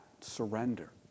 surrender